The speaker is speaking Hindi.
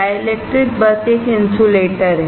डाइलेक्ट्रिक बस एक इन्सुलेटर है